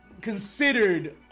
considered